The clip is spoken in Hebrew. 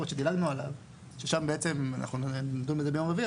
שאנחנו דילגנו עליו ונדון על זה ביום רביעי.